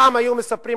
פעם היו מספרים,